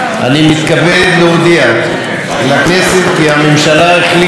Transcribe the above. אני מתכבד להודיע לכנסת כי הממשלה החליטה,